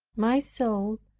my soul,